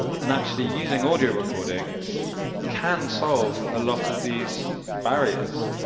and actually, using audio recordings can solve a lot of these barriers.